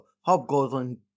Hobgoblin